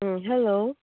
hello